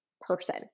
person